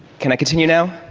can i continue now?